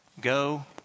go